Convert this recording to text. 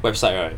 website right